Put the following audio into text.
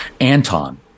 Anton